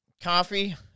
coffee